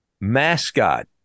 mascot